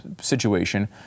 situation